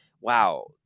wow